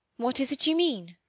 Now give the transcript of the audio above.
what is it you mean?